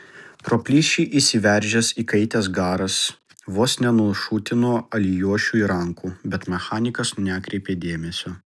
pro plyšį išsiveržęs įkaitęs garas vos nenušutino alijošiui rankų bet mechanikas nekreipė dėmesio